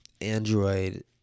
Android